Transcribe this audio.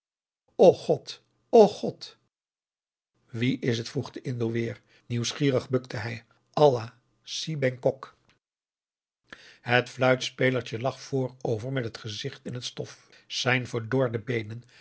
och god wie is het vroeg de indo weer nieuwsgierig bukte hij allah si bengkok augusta de wit orpheus in de dessa het fluitspelertje lag voorover met het gezicht in het stof zijn verdorde beenen